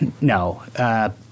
no